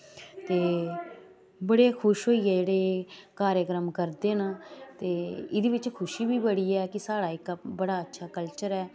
ते बड़े खुश होइयै जेह्ड़े कार्य़क्रम करदे न ते एह्दे बिच खुशी बी बड़ी ऐ कि साढ़ा इक बड़ा अच्छा कल्चर ऐ